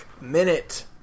Minute